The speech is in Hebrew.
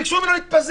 ביקשו ממנו להתפזר.